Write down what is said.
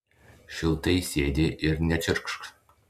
šiltai sėdi ir nečirkšk